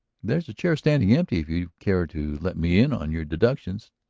there's a chair standing empty if you care to let me in on your deductions.